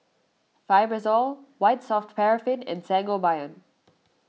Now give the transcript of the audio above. Fibrosol White Soft Paraffin and Sangobion